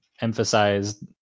emphasize